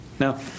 Now